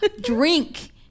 drink